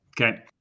Okay